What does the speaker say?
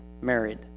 married